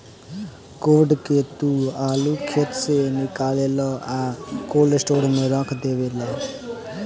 code के तू आलू खेत से निकालेलऽ आ कोल्ड स्टोर में रख डेवेलऽ